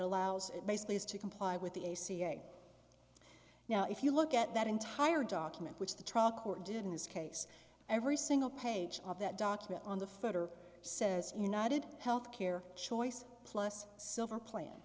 allows it basically is to comply with the a c a now if you look at that entire document which the trial court did in this case every single page of that document on the federal says united health care choice plus silver plan